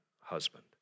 husband